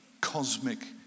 cosmic